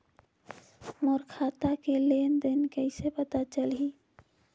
मोर खाता के लेन देन कइसे पता चलही?